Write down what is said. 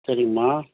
சரிம்மா